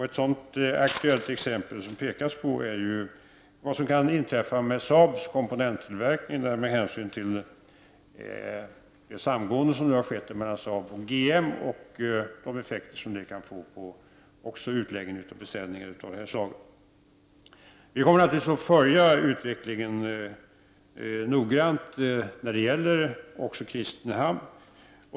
Ett aktuellt exempel som man pekat på är vad som kan inträffa med Saabs komponenttillverkning med tanke på det samgående som har skett mellan Saab och GM, och det gäller även de effekter detta kan få på utläggning av beställningar av komponenter. Vi kommer naturligtvis att nogrant följa utvecklingen även när det gäller Kristinehamn.